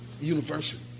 university